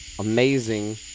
amazing